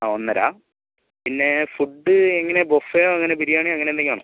ആ ഒന്നര പിന്നേ ഫുഡ് എങ്ങനാ ബൊഫെയൊ അങ്ങനെ ബിരിയാണിയോ അങ്ങനെന്തെങ്കിലും ആണോ